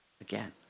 Again